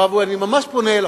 אני ממש פונה אליכם.